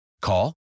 Call